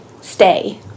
stay